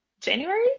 January